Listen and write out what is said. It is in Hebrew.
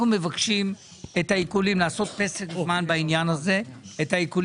אנחנו מבקשים לעשות פסק זמן בעניין העיקולים,